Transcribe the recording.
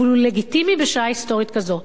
אבל הוא לגיטימי בשעה היסטורית כזאת.